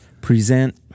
Present